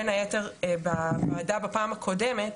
בין היתר בוועדה בפעם הקודמת,